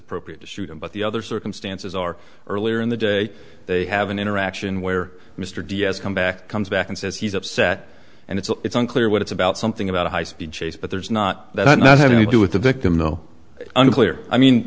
appropriate to shoot him but the other circumstances are earlier in the day they have an interaction where mr diaz come back comes back and says he's upset and it's unclear what it's about something about a high speed chase but there's not that not having to do with the victim no unclear i mean